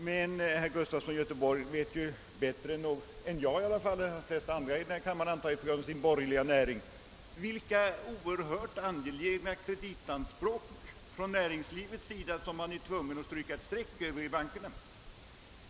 Men genom sin borgerliga gärning vet ju herr Gustafson mycket bättre än jag — och troligen också bättre än de flesta andra i denna kammare — vilka oerhört angelägna kreditanspråk från näringslivets sida som bankerna nu är tvungna att stryka ett streck över.